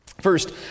First